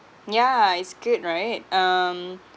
yeah it's good right um